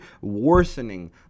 worsening